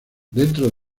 dentro